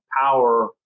power